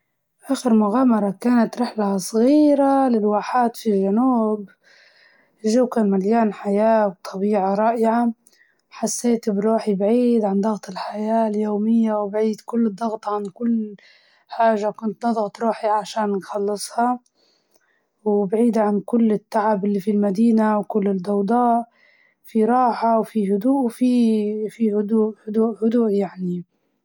آخر مغامرة كانت لما مشينا للمخيم في الصحراء، الجو كان سمح، والهدرسه قدام النار مع الأهل، والأصدقاء خلتها سمحة أكتر بشكل مش عادي.